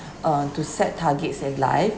uh to set targets in life